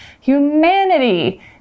Humanity